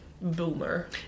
boomer